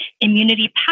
immunity